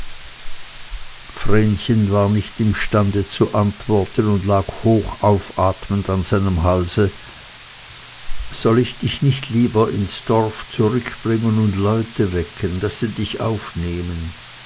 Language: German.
vrenchen war nicht imstande zu antworten und lag hochaufatmend an seinem halse soll ich dich nicht lieber ins dorf zurückbringen und leute wecken daß sie dich aufnehmen